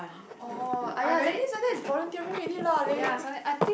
oh ah ya that means like that is volunteering already lame